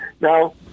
now